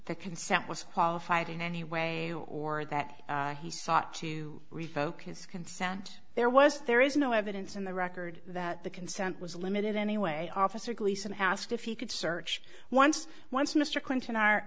the consent was qualified in any way or that he sought to revoke his consent there was there is no evidence in the record that the consent was limited anyway officer gleason asked if he could search once once mr clinton are